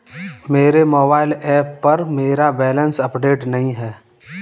मेरे mobile app पर मेरा बैलेंस अपडेट नहीं है